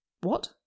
What